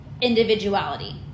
individuality